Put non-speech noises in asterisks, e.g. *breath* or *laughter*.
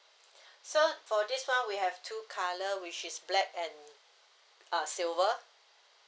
*breath* so for this one we have two colours which is black and uh silver